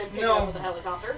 No